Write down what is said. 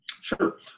Sure